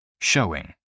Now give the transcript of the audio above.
showing